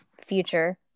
future